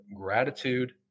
gratitude